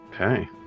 okay